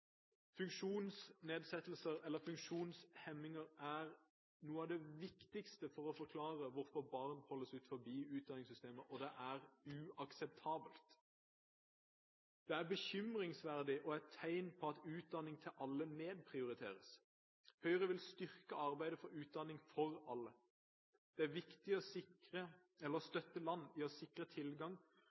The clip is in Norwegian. funksjonsnedsettelser. Funksjonsnedsettelser, eller funksjonshemninger, er noe av det viktigste for å forklare hvorfor barn holdes utenfor utdanningssystemet, og det er uakseptabelt. Det er bekymringsverdig og et tegn på at utdanning til alle nedprioriteres. Høyre vil styrke arbeidet for utdanning for alle. Det er viktig å støtte land i å sikre tilgang